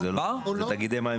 אלה תאגידי מים וביוב.